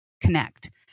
connect